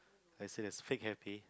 I say that's fake happy